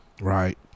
Right